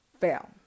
fail